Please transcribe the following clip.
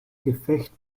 gefecht